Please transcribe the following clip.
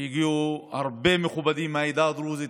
שהגיעו הרבה מכובדים מהעדה הדרוזית,